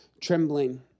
trembling